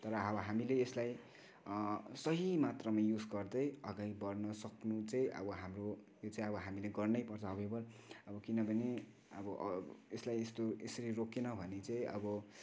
तर अब हामीले यसलाई सही मात्रा युज गर्दै अगाडि बढ्नु सक्नु चाहिँ अब हाम्रो यो चाहिँ हामीले गर्नैपर्छ हवेवर अब किनभने अब यसलाई यस्तो यसरी रोकेन भने चाहिँ अब